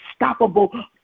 unstoppable